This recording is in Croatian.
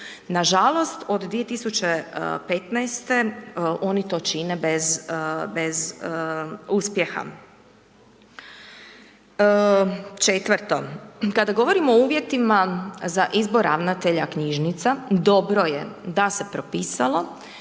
Nažalost od 2015. oni to čine bez uspjeha. Četvrto, kada govorimo o uvjetima za izbor ravnatelja knjižnica dobro je da se propisalo